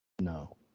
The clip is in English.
No